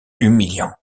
humiliant